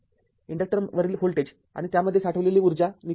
इन्डक्टरवरील voltage आणि त्यामध्ये साठविलेली ऊर्जा निश्चित करा